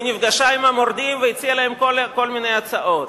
והיא נפגשה עם המורדים והציעה להם כל מיני הצעות.